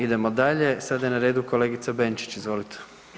Idemo dalje, sada je na redu kolegica Benčić, izvolite.